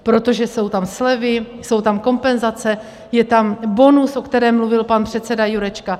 Protože jsou tam slevy, jsou tam kompenzace, je tam bonus, o kterém mluvil pan předseda Jurečka.